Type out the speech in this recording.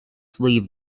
sleeve